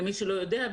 למי שלא יודע,